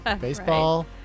Baseball